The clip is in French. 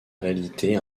réalité